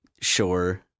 Sure